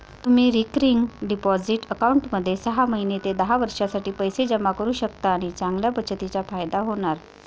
तुम्ही recurring deposit अकाउंटमध्ये सहा महिने ते दहा वर्षांसाठी पैसे जमा करू शकता व चांगल्या बचतीचा फायदा होणार